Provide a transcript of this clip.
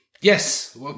Yes